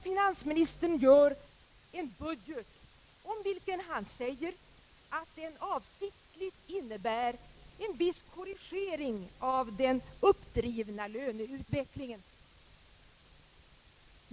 Finansministern gör upp en budget, om vilken han säger att den avsiktligt innebär en viss korrigering av den uppdrivna löneutvecklingen.